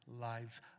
lives